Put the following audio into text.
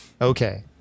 Okay